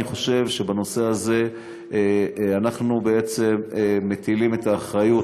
אני חושב שבנושא הזה אנחנו בעצם נותנים את האחריות,